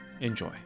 Enjoy